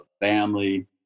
family